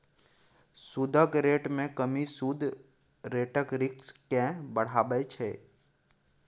सुदक रेट मे कमी सुद रेटक रिस्क केँ बढ़ाबै छै